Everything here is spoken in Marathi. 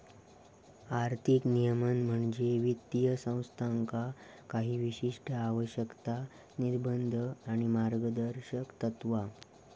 आर्थिक नियमन म्हणजे वित्तीय संस्थांका काही विशिष्ट आवश्यकता, निर्बंध आणि मार्गदर्शक तत्त्वा